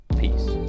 Peace